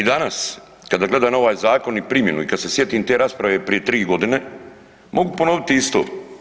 I danas kada gledam ovaj zakon i primjenu i kada se sjetim rasprave prije tri godine mogu ponoviti isto.